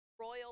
royal